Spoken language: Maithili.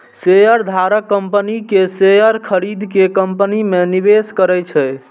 शेयरधारक कंपनी के शेयर खरीद के कंपनी मे निवेश करै छै